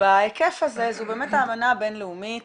בהיקף הזה, זו באמת האמנה הבינלאומית